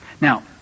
Now